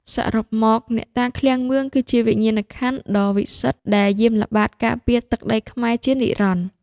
សរុបមក អ្នកតាឃ្លាំងមឿង គឺជាវិញ្ញាណក្ខន្ធដ៏វិសិទ្ធដែលយាមល្បាតការពារទឹកដីខ្មែរជានិរន្តរ៍។